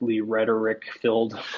rhetoric-filled